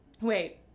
Wait